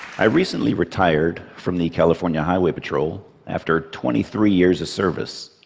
i recently retired from the california highway patrol after twenty three years of service.